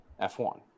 f1